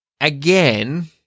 again